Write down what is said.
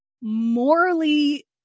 morally